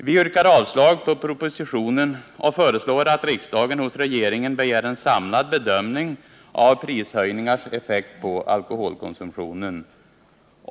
Vi yrkar avslag på propositionen och föreslår att riksdagen hos regeringen begär en samlad bedömning av prishöjningars effekt på alkoholkonsumtionen.